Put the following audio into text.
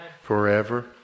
Forever